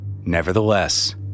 Nevertheless